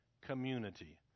community